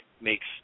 makes